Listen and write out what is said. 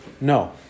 no